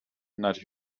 not